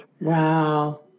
wow